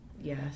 Yes